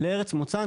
לארץ מוצאן,